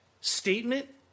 statement